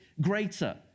greater